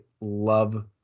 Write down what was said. love